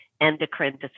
Endocrine